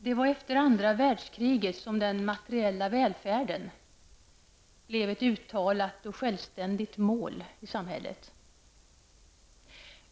Herr talman! Det var efter andra världskriget som den materiella välfärden blev ett uttalat och självständigt mål i samhället.